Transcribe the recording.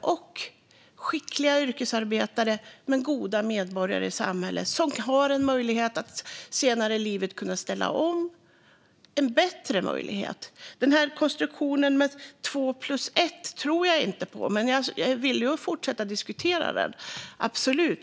- skickliga yrkesarbetare och goda medborgare i samhället som har en bättre möjlighet att senare i livet ställa om. Konstruktionen med två-plus-ett tror jag inte på, men jag är villig att fortsätta diskutera den.